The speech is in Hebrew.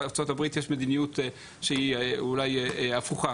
בארצות הברית יש מדיניות שהיא אולי הפוכה,